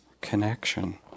connection